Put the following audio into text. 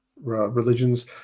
religions